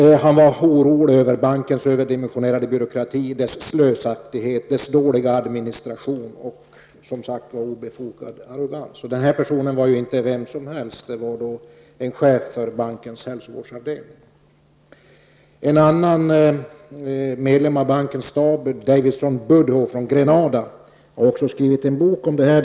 Vidare var han orolig med anledning av bankens överdimensionerade byråkrati, slösaktighet, dåliga administration och som sagt obefogade arrogans. Personen i fråga är ju inte vem som helst utan en chef för bankens hälsovårdsavdelning. Budhoo från Grenada har skrivit en bok om det här.